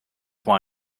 why